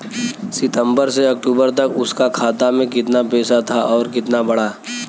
सितंबर से अक्टूबर तक उसका खाता में कीतना पेसा था और कीतना बड़ा?